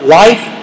life